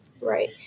Right